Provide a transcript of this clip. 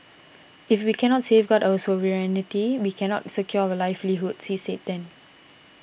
if we cannot safeguard our sovereignty we cannot secure our livelihoods he said then